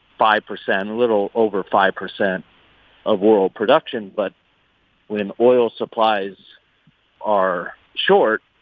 five percent a little over five percent of world production. but when oil supplies are short,